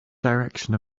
direction